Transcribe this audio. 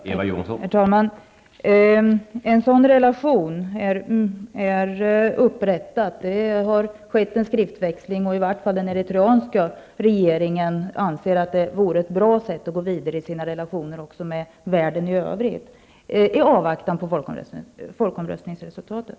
Herr talman! En sådan relation är upprättad. Det har skett en skriftväxling, och i varje fall har den eritreanska regeringen sagt att det vore ett bra sätt att gå vidare på i relationerna med världen i övrigt i avvaktan på folkomröstningsresultatet.